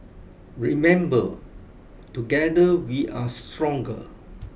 remember together we are stronger